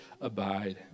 abide